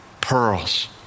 pearls